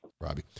Robbie